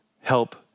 help